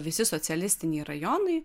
visi socialistiniai rajonai